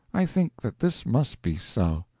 i think that this must be so.